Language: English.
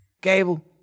Gable